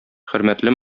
хөрмәтле